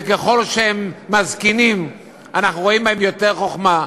וככל שהם מזקינים אנחנו רואים בהם יותר חוכמה,